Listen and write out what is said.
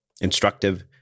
instructive